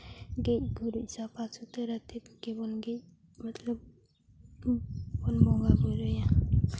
ᱜᱮᱡ ᱜᱩᱨᱤᱡ ᱥᱟᱯᱷᱟ ᱥᱩᱛᱨᱚ ᱟᱛᱮ ᱜᱮᱵᱚᱱ ᱜᱮᱡ ᱢᱚᱛᱞᱚᱵ ᱵᱚᱱ ᱵᱚᱸᱜᱟᱼᱵᱳᱨᱳᱭᱟ